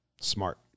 Smart